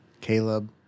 caleb